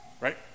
right